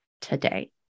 today